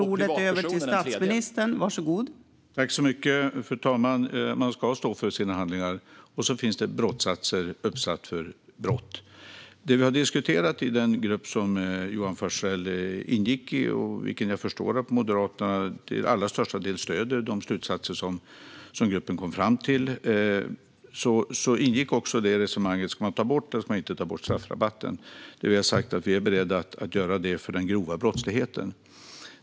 Fru talman! Man ska stå för sina handlingar, och så finns det straffsatser uppsatta för brott. I det som vi har diskuterat i den grupp som Johan Forssell var med i - och jag förstår att Moderaterna till största del stöder de slutsatser som gruppen kom fram till - ingick också om man ska ta bort straffrabatten eller inte. Vi har sagt att vi är beredda att göra det för den grova brottsligheten.